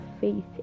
faith